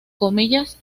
comillas